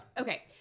Okay